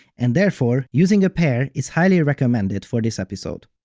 and therefore, using a pair is highly recommended for this episode.